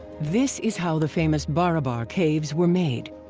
this is how the famous barabar caves were made.